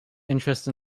interest